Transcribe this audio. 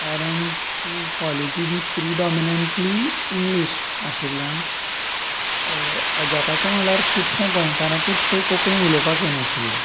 कारण ती कॉलेजी बी प्रिडॉमिनंटली इंग्लीश आशिल्ल्यान अजापाचे म्हटल्यार खुबश्या गोंयकारांकूच थंय कोकणी उलोवपाक येनाशिल्ली